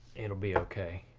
it'll be okay.